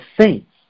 saints